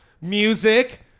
music